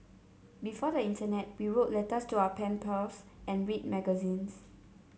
before the internet we wrote letters to our pen pals and read magazines